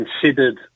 considered